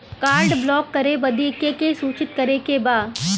Card block करे बदी के के सूचित करें के पड़ेला?